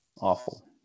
awful